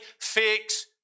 fix